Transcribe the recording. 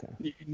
Okay